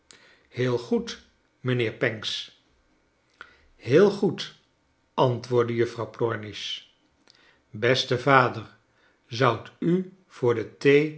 heel goed mynheer pancks heel goed antwoordde juffrouw plornish beste vader zoudt u voor de